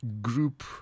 group